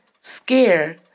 scare